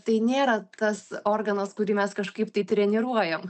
tai nėra tas organas kurį mes kažkaip tai treniruojam